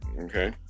Okay